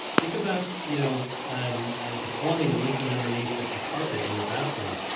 think about you know um the plumbing leaking underneath a carpet in your bathroom.